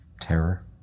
Terror